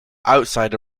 outside